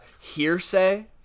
hearsay